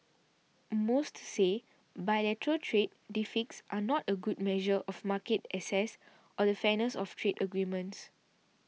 most say bilateral trade deficits are not a good measure of market access or the fairness of trade agreements